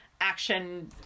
action